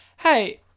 Hey